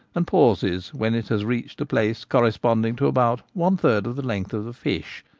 and pauses when it has reached a place corresponding to about one-third of the length of the fish,